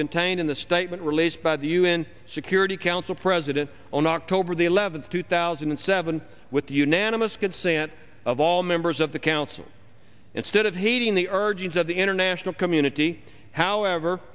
contained in the statement released by the un security council president on october the eleventh two thousand and seven with the unanimous consent of all members of the council instead of hating the urgings of the international community however